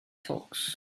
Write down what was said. talks